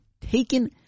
taken